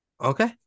Okay